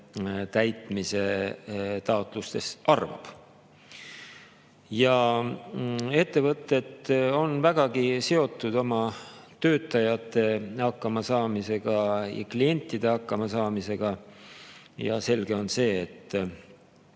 täitmise taotlustes arvab. Ettevõtted on vägagi seotud oma töötajate hakkama saamisega, klientide hakkama saamisega. Ja selge on see, et